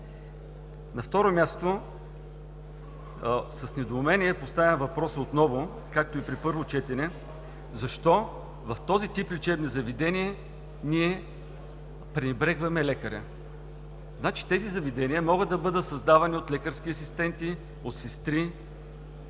На второ място, с недоумение поставям въпроса отново, както и при първо четене, защо в този тип лечебни заведения ние пренебрегваме лекаря? Значи тези заведения могат да бъдат създавани от лекарски асистенти, от сестри,